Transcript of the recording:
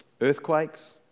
earthquakes